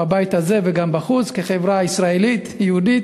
בבית הזה וגם בחוץ, כחברה ישראלית, יהודית,